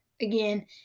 again